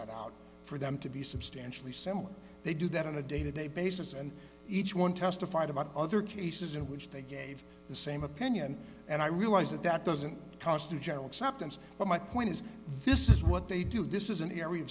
set out for them to be substantially similar they do that on a day to day basis and each one testified about other cases in which they gave the same opinion and i realize that that doesn't constitute general acceptance but my point is this is what they do this is an area